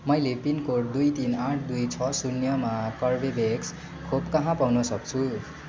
मैले पिनकोड दुई तिन आठ दुई छ शून्यमा कर्बेभ्याक्स खोप कहाँ पाउन सक्छु